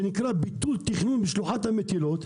שנקרא ביטול תכנון שלוחת המטילות,